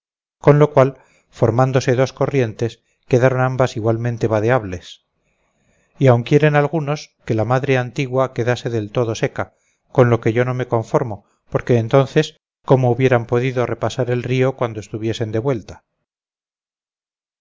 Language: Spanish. con lo cual formándose dos corrientes quedaron ambas igualmente vadeables y aun quieren algunos que la madre antigua quedase del todo seca con lo que yo no me conformo porque entonces cómo hubieran podido repasar el río cuando estuviesen de vuelta